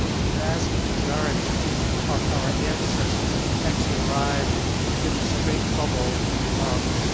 the vast majority of our ancestors actually arrived in this great bubble of